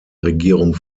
regierung